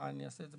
ואני אעשה את זה